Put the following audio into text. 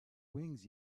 wings